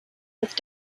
with